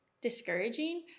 discouraging